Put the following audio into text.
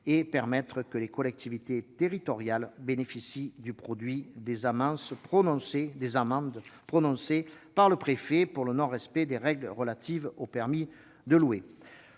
en sorte que les collectivités territoriales bénéficient du produit des amendes prononcées par le préfet pour non-respect des règles relatives au permis de louer.